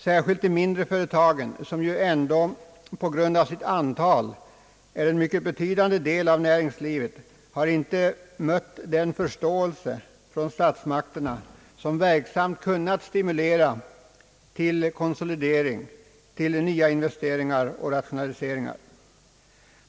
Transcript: Särskilt de mindre företagen — som ju ändå på grund av sitt antal utgör en mycket betydande del av näringslivet — har inte mött den förståelse från statsmakterna som verksamt kunnat stimulera till konsolidering, investeringar och rationaliseringar.